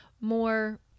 more